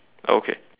okay